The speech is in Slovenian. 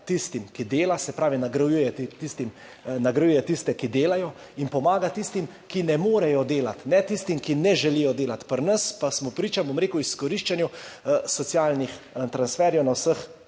tistim, ki dela, se pravi nagrajuje tiste, ki delajo, in pomaga tistim, ki ne morejo delati, ne tistim, ki ne želijo delati. Pri nas pa smo priča, bom rekel, izkoriščanju socialnih transferjev na vseh